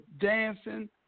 dancing